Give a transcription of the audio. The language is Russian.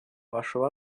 вашего